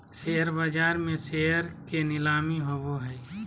share बाज़ार में share के नीलामी होबो हइ